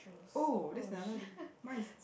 oh that's another di~ mine is